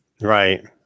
Right